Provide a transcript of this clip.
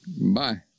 Bye